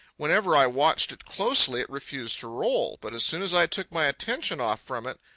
whenever i watched it closely, it refused to roll but as soon as i took my attention off from it,